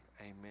Amen